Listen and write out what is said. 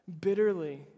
bitterly